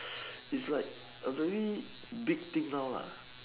it's like a very big thing now lah